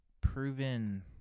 proven